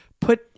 put